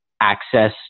access